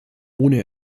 ohne